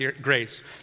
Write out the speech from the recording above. grace